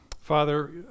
Father